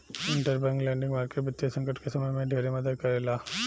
interbank lending market वित्तीय संकट के समय में ढेरे मदद करेला